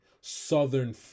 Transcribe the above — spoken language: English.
Southern